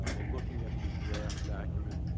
ah in looking at the draft document,